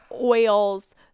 oils